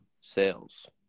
Sales